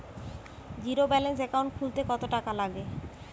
Zero balance account খুলতে কত টাকা লাগে?